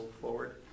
forward